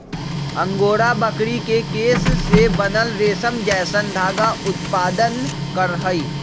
angora बकरी के केश से बनल रेशम जैसन धागा उत्पादन करहइ